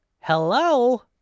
Hello